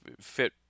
fit